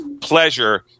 pleasure